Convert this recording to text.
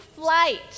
flight